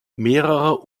mehrerer